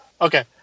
Okay